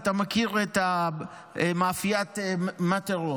אתה מכיר את מאפיית מטרלו,